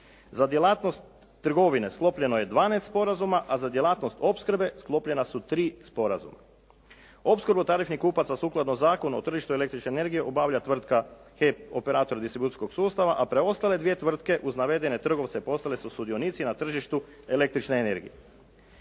Za djelatnost trgovine sklopljeno je dvanaest sporazuma a za djelatnost opskrbe sklopljena su tri sporazuma. Opskrbu tarifnih kupaca sukladno Zakonu o tržišnoj i električnoj energiji obavlja tvrtka HEP operator distribucijskog sustava a preostale dvije tvrtke uz navedene trgovce postale su sudionici na tržištu električne energije.